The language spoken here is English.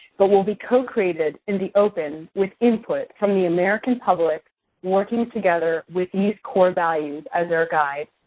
but will be co-created in the open with input from the american public working together with these core values as their guides.